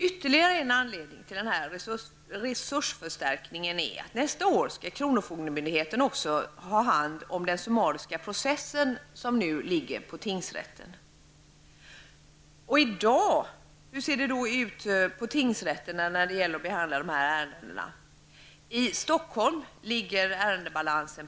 Ytterligare en anledning till att det behövs en resursförstärkning är att kronofogden nästa år även skall ha hand om den summariska processen som nu ligger på tingsrätten. Hur ser det ut på tingsrätterna i dag när det gäller att behandla dessa ärenden?